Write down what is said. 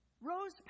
rose